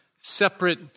separate